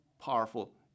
powerful